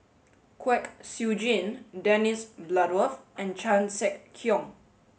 Kwek Siew Jin Dennis Bloodworth and Chan Sek Keong